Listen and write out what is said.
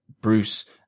Bruce